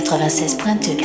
96.2